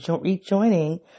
rejoining